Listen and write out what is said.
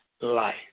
life